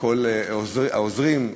וכל העוזרים,